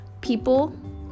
People